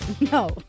No